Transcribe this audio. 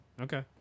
Okay